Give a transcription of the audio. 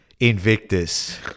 Invictus